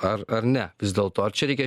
ar ar ne vis dėlto ar čia reikia